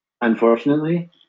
Unfortunately